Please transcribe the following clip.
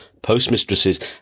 postmistresses